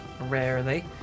Rarely